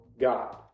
God